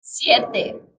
siete